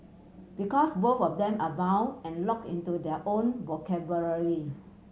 because both of them are bound and locked into their own vocabulary